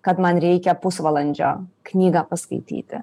kad man reikia pusvalandžio knygą paskaityti